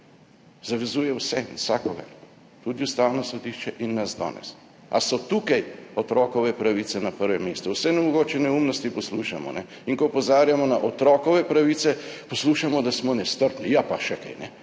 Zavezuje vse in vsakogar, tudi Ustavno sodišče in nas danes. A so tukaj otrokove pravice na prvem mestu. Vse mogoče neumnosti poslušamo in ko opozarjamo na otrokove pravice, poslušamo, da smo nestrpni. Ja, pa še kaj,